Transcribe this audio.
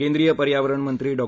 केंद्रीय पर्यावरण मंत्री डॉ